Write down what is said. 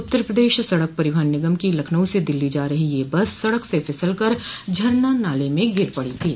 उत्तर प्रदेश सड़क परिवहन निगम की लखनऊ से दिल्ली जा रही यह बस सड़क से फिसल कर झरना नाले में गिर पड़ी थी